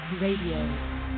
RADIO